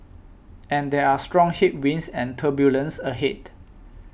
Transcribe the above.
and there are strong headwinds and turbulence ahead